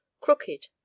crooked